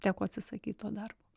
teko atsisakyt to darbo